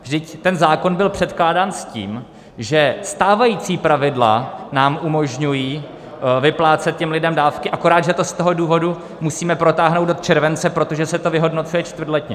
Vždyť ten zákon byl předkládán s tím, že stávající pravidla nám umožňují vyplácet těm lidem dávky, akorát že to z toho důvodu musíme protáhnout do července, protože se to vyhodnocuje čtvrtletně.